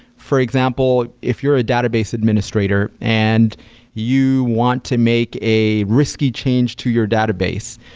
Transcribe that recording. for example, if you're a database administrator and you want to make a risky change to your database,